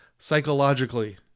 psychologically